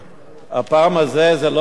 גילאון, הפעם הזאת זה לא זול.